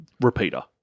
repeater